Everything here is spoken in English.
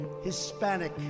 Hispanic